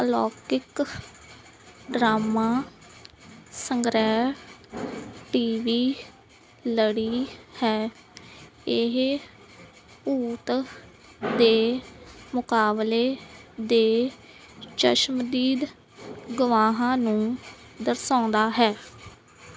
ਅਲੌਕਿਕ ਡਰਾਮਾ ਸੰਗ੍ਰਹਿ T V ਲੜੀ ਹੈ ਇਹ ਭੂਤ ਦੇ ਮੁਕਾਬਲੇ ਦੇ ਚਸ਼ਮਦੀਦ ਗਵਾਹਾਂ ਨੂੰ ਦਰਸਾਉਂਦਾ ਹੈ